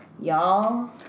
Y'all